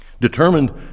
determined